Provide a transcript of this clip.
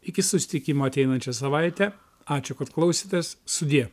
iki susitikimo ateinančią savaitę ačiū kad klausėtės sudie